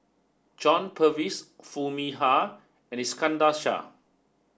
John Purvis Foo Mee Har and Iskandar Shah